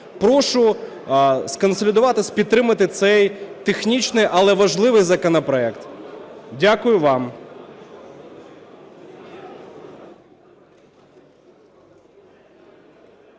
Прошу сконсолідуватись, підтримати цей технічний, але важливий законопроект. Дякую вам.